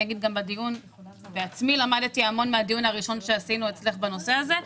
אני אומר שלמדתי המון מהדיון הראשון שעשינו אצלך בנושא הזה.